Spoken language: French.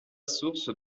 source